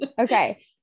Okay